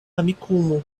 amikumu